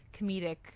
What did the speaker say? comedic